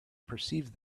perceived